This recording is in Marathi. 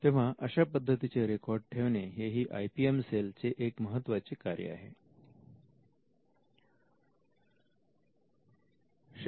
तेव्हा अशा पद्धतीचे रेकॉर्ड ठेवणे हेही आय पी एम सेलचे एक महत्त्वाचे कार्य होय